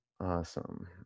Awesome